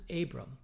Abram